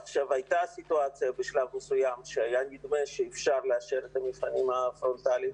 הייתה סיטואציה בשלב מסוים שהיה נדמה שאפשר לאשר את המבחנים הפרונטליים